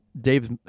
Dave's